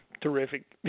terrific